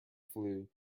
flue